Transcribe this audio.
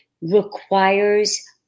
requires